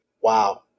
Wow